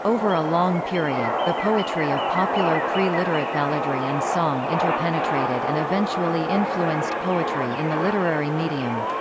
over a long period, the poetry of popular pre-literate balladry and song interpenetrated and eventually influenced poetry in the literary medium.